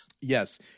yes